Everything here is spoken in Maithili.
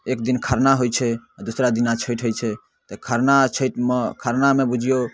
एक दिन खरना होइ छै दोसरा दिना छठि होइ छै तऽ खरना आ छठिमे खरनामे बुझियौ